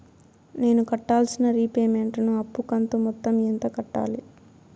నేను కట్టాల్సిన రీపేమెంట్ ను అప్పు కంతు మొత్తం ఎంత కట్టాలి?